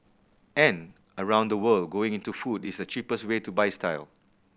and around the world going into food is the cheapest way to buy style